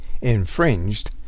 infringed